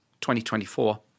2024